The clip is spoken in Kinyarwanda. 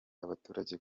abaturage